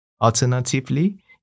Alternatively